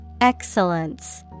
Excellence